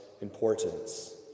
importance